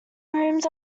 rooms